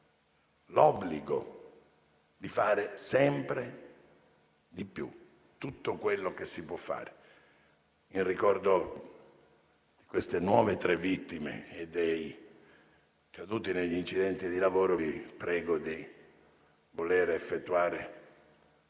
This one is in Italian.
l'obbligo di fare sempre di più, tutto quello che si può fare. In ricordo delle nuove tre vittime e degli altri caduti negli incidenti di lavoro, vi prego di voler condividere